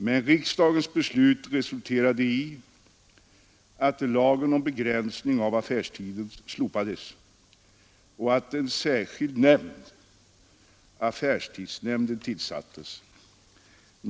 Men riksdagens beslut resulterade i att lagen om begränsning av affärstiden slopades och att en särskild nämnd, affärstidsnämnden, tillsattes.